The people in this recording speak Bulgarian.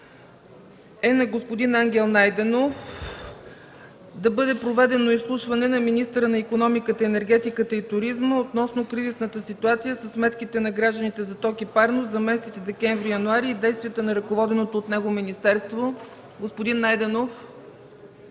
е на господин Ангел Найденов – да бъде проведено изслушване на министъра на икономиката, енергетиката и туризма относно кризисната ситуация със сметките на гражданите за ток и парно за месеците декември и януари, и действията на ръководеното от него министерство. Господин Найденов?